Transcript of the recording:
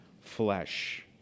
flesh